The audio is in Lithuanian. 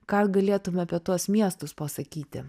ką galėtum apie tuos miestus pasakyti